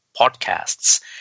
podcasts